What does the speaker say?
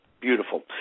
Beautiful